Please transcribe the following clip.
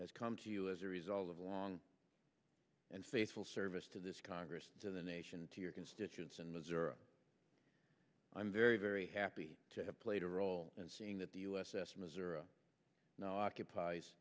has come to you as a result of a long and faithful service to this congress to the nation to your constituents in missouri i'm very very happy to have played a role in seeing that the u s s missouri kno